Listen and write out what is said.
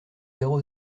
zéro